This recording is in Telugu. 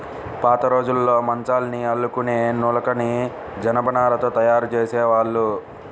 పాతరోజుల్లో మంచాల్ని అల్లుకునే నులకని జనపనారతో తయ్యారు జేసేవాళ్ళు